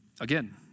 again